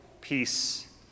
peace